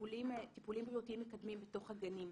טיפולים בריאותיים מקדמים בתוך הגנים.